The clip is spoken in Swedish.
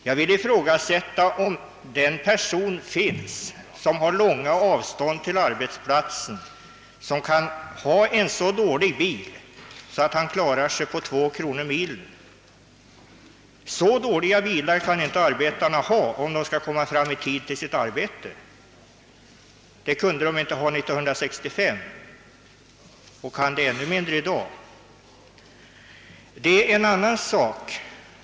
Jag vill ifrågasätta om någon person med långa avstånd till arbetsplatsen kan ha en så dålig bil att han klarar sig på två kronor per mil. Så dåliga bilar kan inte arbetarna ha om de skall komma i tid till sitt arbete. De kunde inte ha det 1965 och de kan det ännu mindre i dag.